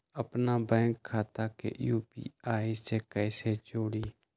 अपना बैंक खाता के यू.पी.आई से कईसे जोड़ी?